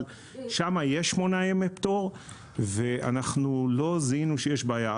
אבל יש שם 8 ימי פטור ולא זיהינו שיש בעיה.